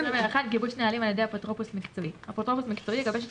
גיבוש נהלים על ידי אפוטרופוס מקצועי 21. אפוטרופוס מקצועי יגבש את